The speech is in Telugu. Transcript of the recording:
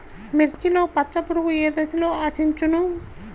మిర్చిలో పచ్చ పురుగు ఏ దశలో ఆశించును?